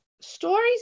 stories